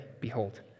Behold